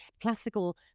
Classical